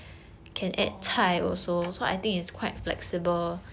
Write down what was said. orh